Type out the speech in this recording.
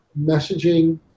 messaging